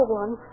one